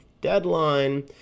deadline